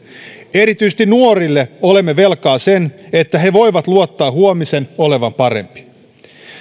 erityisesti nuorille olemme velkaa sen että he voivat luottaa huomisen olevan parempi